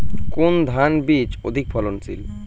কোন ধান বীজ অধিক ফলনশীল?